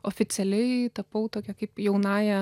oficialiai tapau tokia kaip jaunąja